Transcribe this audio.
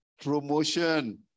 promotion